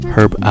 Herb